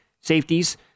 safeties